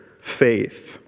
faith